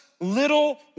little